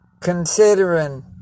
Considering